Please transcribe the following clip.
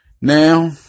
Now